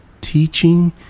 teaching